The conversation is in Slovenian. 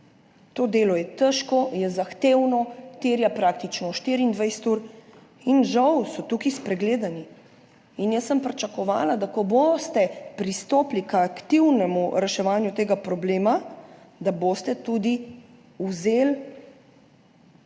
To delo je težko, je zahtevno, terja praktično 24 ur in žal so tukaj spregledani. Jaz sem pričakovala, da ko boste pristopili k aktivnemu reševanju tega problema, da boste tudi vzeli